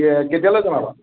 কিআ কেতিয়ালৈ জনাবা